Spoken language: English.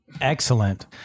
Excellent